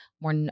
more